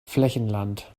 flächenland